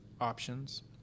options